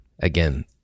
Again